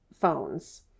phones